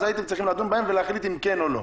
אז הייתם צריכים לדון בהן ולהחליט אם כן או לא.